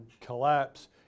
collapse